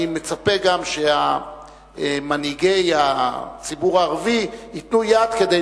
אני מצפה גם שמנהיגי הציבור הערבי ייתנו יד כדי